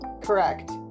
correct